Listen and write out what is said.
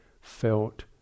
felt